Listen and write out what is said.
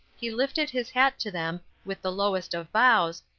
he lifted his hat to them, with the lowest of bows,